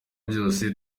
byose